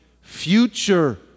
future